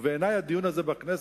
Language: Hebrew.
ובעיני הדיון הזה בכנסת,